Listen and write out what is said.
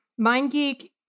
MindGeek